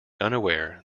unaware